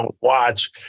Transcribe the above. watch